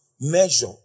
measure